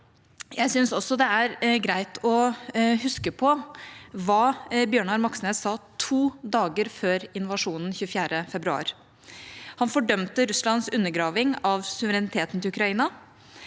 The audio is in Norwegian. Jeg syns også det er greit å huske hva Bjørnar Moxnes sa to dager før invasjonen 24. februar. Han fordømte Russlands undergraving av suvereniteten til Ukraina,